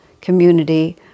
community